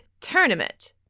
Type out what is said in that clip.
TOURNAMENT